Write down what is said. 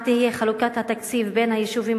מה תהיה חלוקת התקציב בין היישובים